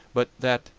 but that,